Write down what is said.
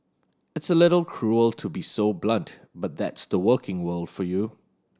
it's a little cruel to be so blunt but that's the working world for you